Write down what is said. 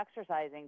exercising